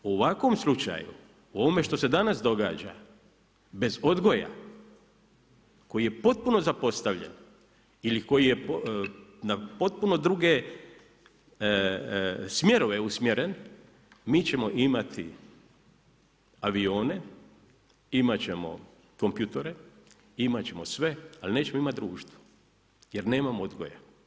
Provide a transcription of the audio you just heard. U ovakvom slučaju, u ovome što se danas događa bez odgoja koji je potpuno zapostavljen ili koji je na potpuno druge smjerove usmjeren mi ćemo imati avione, imat ćemo kompjutore, imat ćemo sve ali nećemo imati društvo jer nemamo odgoja.